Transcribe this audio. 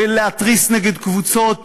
ולהתריס נגד קבוצות